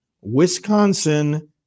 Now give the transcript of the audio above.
Wisconsin